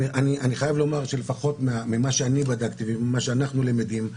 אני חייב לומר שלפחות ממה שאני בדקתי וממה שאנחנו למדים,